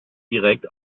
direkt